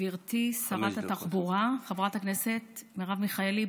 גברתי שרת התחבורה חברת הכנסת מרב מיכאלי,